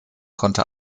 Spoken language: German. konnte